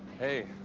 hey.